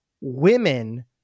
women